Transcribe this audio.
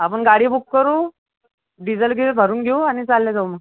आपण गाडी बुक करू डिझेल घेऊ भरून घेऊ आणि चालले जाऊ मग